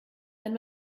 wenn